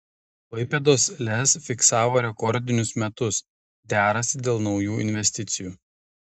klaipėdos lez fiksavo rekordinius metus derasi dėl naujų investicijų